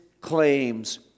claims